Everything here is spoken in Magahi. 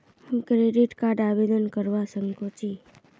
हम क्रेडिट कार्ड आवेदन करवा संकोची?